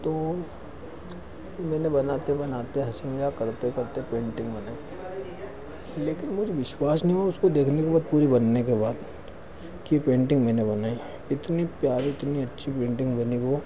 तो मैंने बनाते बनाते हंसी मज़ाक करते करते पेंटिंग बन गई लेकिन मुझे विश्वास नहीं हुआ उसे देखने के बाद पूरी बनने के बाद कि ये पेंटिंग मैंने बनाई है इतनी प्यारी इतनी अच्छी पेंटिंग बनी वह